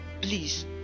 please